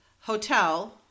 hotel